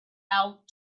out